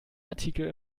artikel